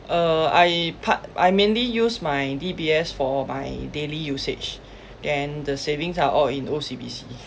uh I part I mainly use my D_B_S for my daily usage and the savings are all in O_C_B_C